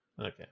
Okay